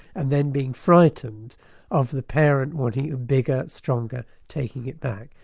and then being frightened of the parent wanting it, bigger, stronger, taking it back.